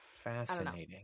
fascinating